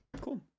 Cool